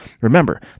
Remember